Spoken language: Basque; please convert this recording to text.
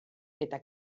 eta